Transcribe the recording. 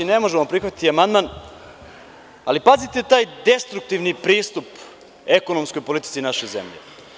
Ne možemo prihvatiti amandman, ali pazite taj destruktivni pristup ekonomskoj politici naše zemlje.